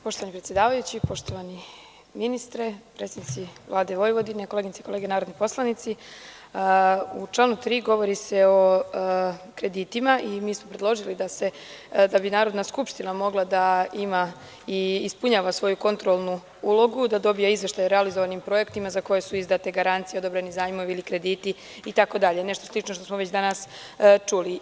Poštovani predsedavajući, poštovani ministre, predstavnici Vlade Vojvodine, koleginice i kolege narodni poslanici, u članu 3. govori se o kreditima i mi smo predložili da bi Narodna skupština mogla da ima i ispunjava svoju kontrolnu ulogu, da dobije izveštaj o realizovanim projektima za koje su izdate garancije, odobreni zajmovi ili krediti itd, nešto slično što smo već danas čuli.